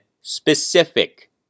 specific